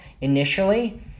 initially